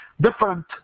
different